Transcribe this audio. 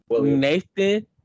Nathan